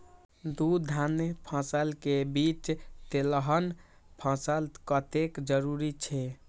दू धान्य फसल के बीच तेलहन फसल कतेक जरूरी छे?